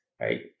Right